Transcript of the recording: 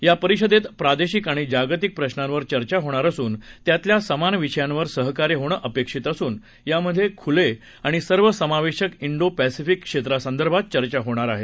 या परिषदेत प्रादेशिक आणि जागतिक प्रशांवर चर्चा होणार असून त्यातील समान विषयांवर सहकार्य होणे अपेक्षित असून यामध्ये खुले आणि सर्वसमावेशक इंडो पॅसिफीक क्षेत्रासंदर्भात चर्चा होणार आहे